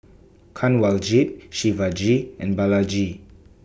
Kanwaljit Shivaji and Balaji